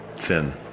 thin